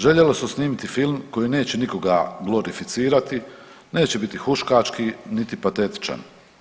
Željelo se snimiti film koji neće nikoga glorificirati, neće biti huškački niti patetičan.